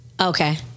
Okay